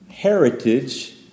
Heritage